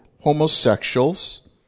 homosexuals